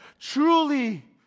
truly